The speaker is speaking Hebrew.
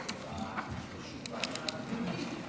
שיפור הטבות המס לחברות מועדפות ביישובים צמודי גדר,